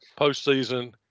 postseason